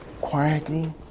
quietly